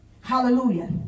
Hallelujah